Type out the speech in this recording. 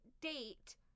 date